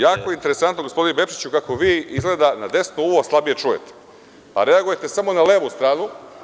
Jako interesantno, gospodine Bečiću, kako vi izgleda na desno uvo slabije čujete, pa reagujete samo na levu stranu.